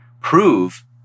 prove